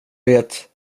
vet